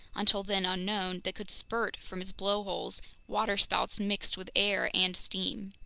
until then unknown, that could spurt from its blowholes waterspouts mixed with air and steam.